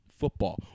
football